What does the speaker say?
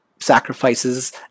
sacrifices